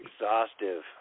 exhaustive